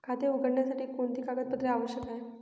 खाते उघडण्यासाठी कोणती कागदपत्रे आवश्यक आहे?